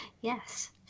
Yes